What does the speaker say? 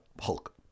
Hulk